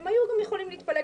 הם היו יכולים להתפלג.